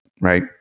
right